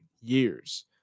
years